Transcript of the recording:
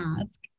ask